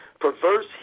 perverse